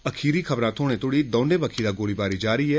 आखिरी खबरां थ्हाने तोड़ी दौने बक्खी दा गोलीबारी जारी ऐ